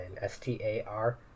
S-T-A-R